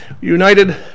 United